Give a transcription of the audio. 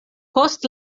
post